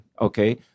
Okay